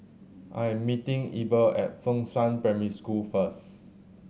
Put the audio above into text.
I am meeting Eber at Fengshan Primary School first